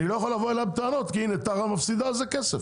אני לא יכול לבוא אליה בטענות כי הנה טרה מפסידה על זה כסף.